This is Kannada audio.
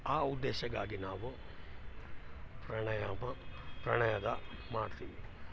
ಆ ಉದ್ದೇಶಕ್ಕಾಗಿ ನಾವು ಪ್ರಯಾಣವ ಪ್ರಯಾಣದ ಮಾಡ್ತೀವಿ